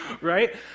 right